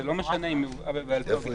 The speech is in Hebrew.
זה לא משנה אם היא הובאה בעל פה או בכתב,